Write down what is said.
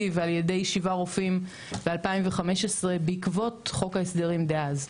ועל ידי שבעה רופאים ב-2015 בעקבות חוק ההסדרים דאז.